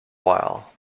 while